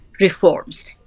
reforms